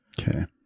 Okay